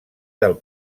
del